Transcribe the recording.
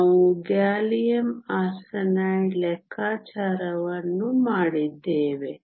ನಾವು gallium arsenide ಲೆಕ್ಕಾಚಾರವನ್ನು ಮಾಡಿದ್ದೇವೆ